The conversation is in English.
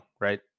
Right